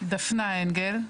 אני דפנה אנגל,